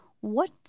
What